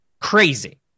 Crazy